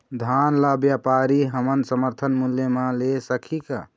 धान ला व्यापारी हमन समर्थन मूल्य म ले सकही का?